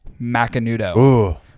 Macanudo